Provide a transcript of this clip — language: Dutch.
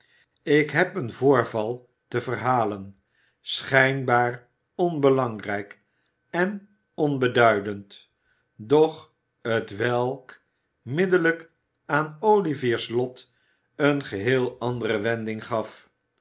ik heb een voorval te verhalen schijnbaar onbelangrijk en onbeduidend doch t welk middellijk aan olivier's lot een geheel andere wending gaf